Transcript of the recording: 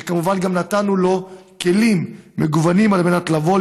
שכמובן גם נתנו לו כלים מגוונים על מנת לבוא,